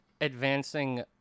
advancing